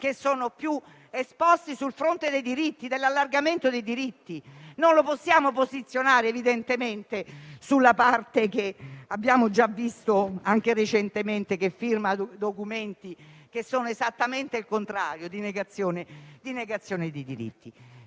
che sono più esposti sul fronte dei diritti e dell'allargamento dei diritti. Non lo possiamo posizionare dalla parte di chi, come abbiamo già visto anche recentemente, firma documenti che sono esattamente il contrario, cioè la negazione dei diritti.